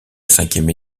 cinquième